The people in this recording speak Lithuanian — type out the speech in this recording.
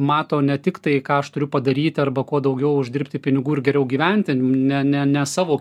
mato ne tik tai ką aš turiu padaryti arba kuo daugiau uždirbti pinigų ir geriau gyventi ne ne ne savo